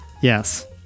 Yes